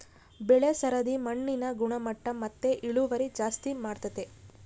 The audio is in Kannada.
ಬೆಳೆ ಸರದಿ ಮಣ್ಣಿನ ಗುಣಮಟ್ಟ ಮತ್ತೆ ಇಳುವರಿ ಜಾಸ್ತಿ ಮಾಡ್ತತೆ